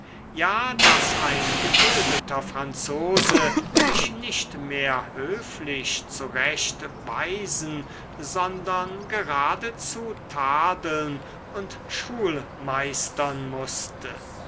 ja daß ein gebildeter franzose mich nicht mehr höflich zurechtweisen sondern geradezu tadeln und schulmeistern mußte